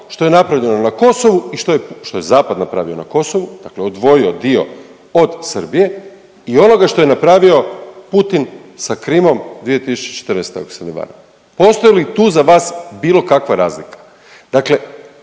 što je napravljeno na Kosovu i što je, što je zapad napravio na Kosovu, dakle odvojio dio od Srbije i onoga što je napravio Putin sa Krimom 2014. ako se ne varam. Postoji li tu za vas bilo kakva razlika?